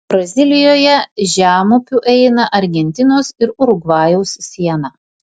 brazilijoje žemupiu eina argentinos ir urugvajaus siena